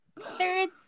third